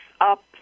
up